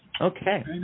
Okay